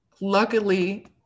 luckily